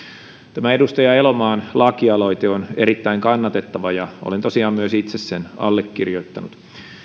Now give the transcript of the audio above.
tämä edustaja elomaan lakialoite on erittäin kannatettava ja olen tosiaan myös itse sen allekirjoittanut